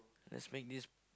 lets make this